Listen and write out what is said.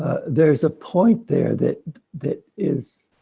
there's a point there that, that is,